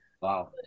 Wow